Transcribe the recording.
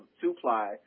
two-ply